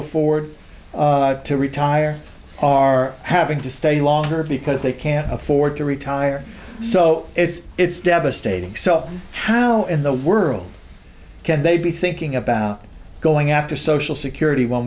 afford to retire are having to stay longer because they can't afford to retire so it's it's devastating so how in the world can they be thinking about going after social security when